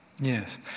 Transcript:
Yes